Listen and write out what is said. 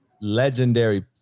legendary